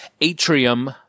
Atrium